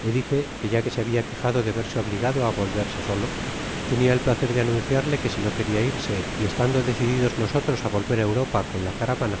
le dije que ya que se habia quejado de verse obligado á volverse'solo tenia el placer de anunciarle que si no queria irse y estando decidi los nosotros á volver á europa con la caravana